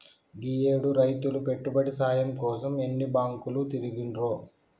గీయేడు రైతులు పెట్టుబడి సాయం కోసం ఎన్ని బాంకులు తిరిగిండ్రో